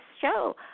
show